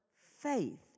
faith